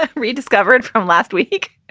ah rediscovered from last week